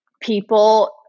people